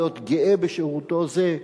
להיות גאה בשירותו זה,